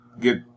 get